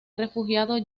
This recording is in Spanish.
refugiado